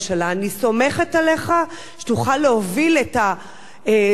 אני סומכת עליך שתוכל להוביל את יישור